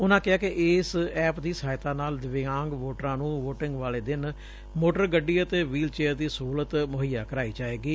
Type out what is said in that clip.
ਉਨਾਂ ਕਿਹੈ ਕਿ ਇਸ ਐਪ ਦੀ ਸਹਾਇਤਾ ਨਾਲ ਦਿਵਿਆਂਗ ਵੋਟਰਾਂ ਨੂੰ ਵੋਟਿੰਗ ਵਾਲੇ ਦਿਨ ਮੋਟਰ ਗੱਡੀ ਅਤੇ ਵੀਲ ਚੇਅਰ ਦੀ ਸਹੂਲਤ ਮੁੱਹਈਆ ਕਰਾਈ ਜਾਏਗੀ